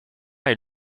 est